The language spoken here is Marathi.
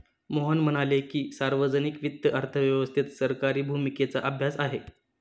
मोहन म्हणाले की, सार्वजनिक वित्त अर्थव्यवस्थेत सरकारी भूमिकेचा अभ्यास आहे